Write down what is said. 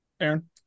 Aaron